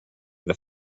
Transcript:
that